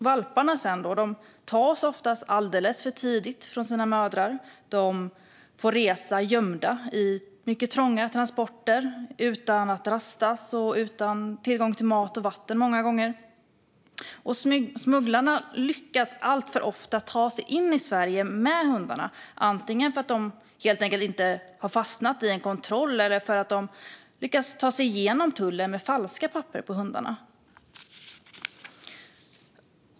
Valparna tas också alltför tidigt från sina mödrar och får resa gömda i trånga transporter utan att rastas och många gånger utan tillgång till mat och vatten. Smugglarna lyckas alltför ofta ta sig in i Sverige med hundarna, antingen för att de inte har fastnat i någon kontroll eller för att de har lyckats ta sig igenom tullen med falska papper på hundarna.